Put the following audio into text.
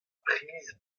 priz